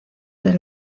del